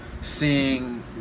seeing